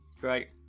Great